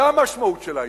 זה המשמעות של העניין.